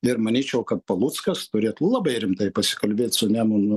ir manyčiau kad paluckas turėtų labai rimtai pasikalbėt su nemunu